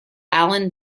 alan